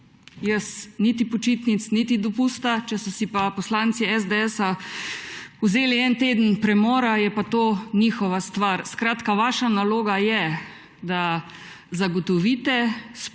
Jaz niti počitnic, niti dopusta! Če so si pa poslanci SDS vzeli en teden premora, je pa to njihova stvar. Skratka, vaša naloga je, da zagotovite